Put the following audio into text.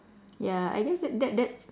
ya I guess that that that's